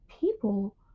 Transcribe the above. people